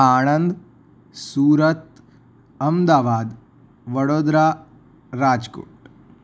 Anand Surat Ahmedabad Vadodara Rajkot